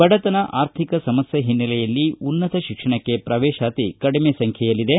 ಬಡತನ ಆರ್ಥಿಕ ಸಮಸ್ಯೆ ಹಿನ್ನೆಲೆಯಲ್ಲಿ ಉನ್ನತ ಶಿಕ್ಷಣಕ್ಕೆ ಪ್ರವೇಶಾತಿ ಕಡಿಮೆ ಸಂಬ್ಯೆಯಲ್ಲಿದೆ